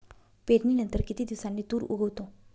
पेरणीनंतर किती दिवसांनी तूर उगवतो?